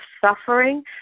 suffering